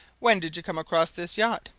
when did you come across this yacht?